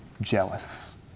jealous